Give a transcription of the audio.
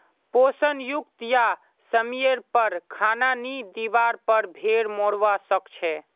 पोषण युक्त या समयर पर खाना नी दिवार पर भेड़ मोरवा सकछे